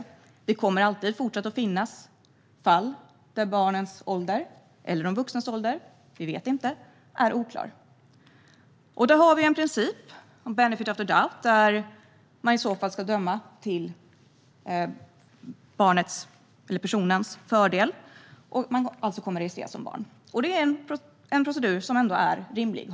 Det kommer alltid att finnas fall där barnens eller de vuxnas ålder är oklar. Då har vi en princip, benefit of the doubt, som innebär att man ska döma till personens fördel. Personen kommer alltså att registreras som barn. Det är en procedur som ändå är rimlig.